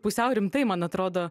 pusiau rimtai man atrodo